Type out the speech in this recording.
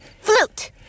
Flute